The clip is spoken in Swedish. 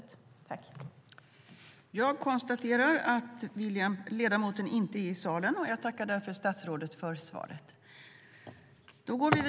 Förste vice talmannen konstaterade att interpellanten inte var närvarande i kammaren och förklarade överläggningen avslutad.